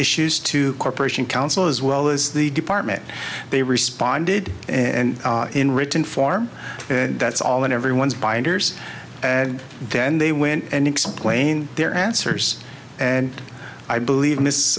issues to corporation council as well as the department they responded and in written form that's all in everyone's binders and then they went and explain their answers and i believe this th